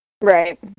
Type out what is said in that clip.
Right